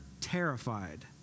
terrified